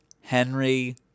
Henry